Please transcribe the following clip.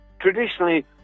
traditionally